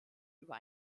über